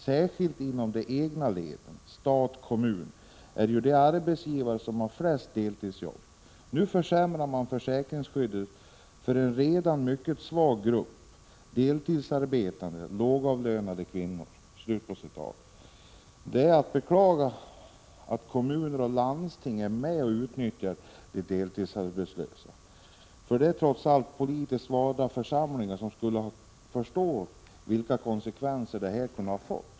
Särskilt inom de egna leden, stat och kommun, är ju de arbetsgivare som har flest deltidsjobb. Nu försämrar man försäkringsskyddet för en redan mycket svag grupp, deltidsarbetande, lågavlönade kvinnor.” Det är att beklaga att kommuner och landsting är med och utnyttjar de deltidsarbetslösa. De är trots allt politiskt valda församlingar, som borde förstå vilka konsekvenser detta kan få.